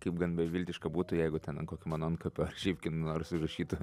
kaip gan beviltiška būtų jeigu ten an kokio mano antkapio ar šiaip kaip nors užrašytų